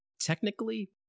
technically